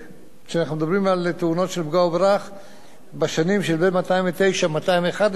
בשנים שבין 2009 ל-2011 עמד על כעשר תאונות בשנה,